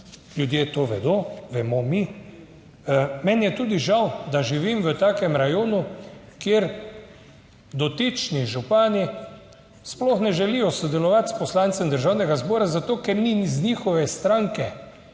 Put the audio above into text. Ljudje to vedo, vemo mi. Meni je tudi žal, da živim v takem rajonu, kjer dotični župani sploh ne želijo sodelovati s poslancem Državnega zbora, zato ker ni iz njihove stranke